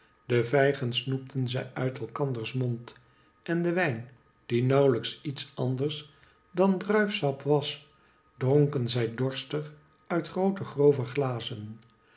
de vijgen snoepten zij uit elkanders mond en den wijn die nauwlijks iets anders dan druifsap was dronken zij dorstig uit groote grove glazen